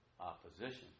opposition